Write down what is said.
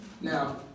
Now